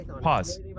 Pause